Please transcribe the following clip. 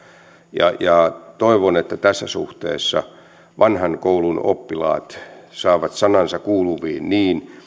ja ja toivon että tässä suhteessa vanhan koulun oppilaat saavat sanansa kuuluviin niin